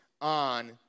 on